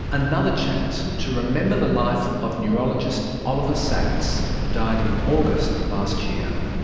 another chance to remember the life of neurologist oliver sacks, who died in august last year.